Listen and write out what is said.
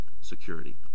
security